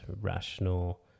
rational